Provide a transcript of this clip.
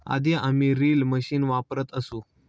आधी आम्ही reel machine वापरत असू